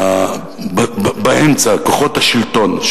שבאמצע כוחות השלטון,